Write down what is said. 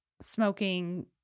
smoking